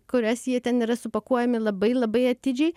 į kurias jie ten yra supakuojami labai labai atidžiai